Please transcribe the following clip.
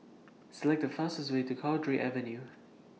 Select The fastest Way to Cowdray Avenue